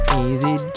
easy